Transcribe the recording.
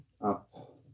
up